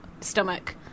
stomach